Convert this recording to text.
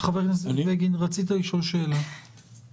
את תביני מה ההבדל.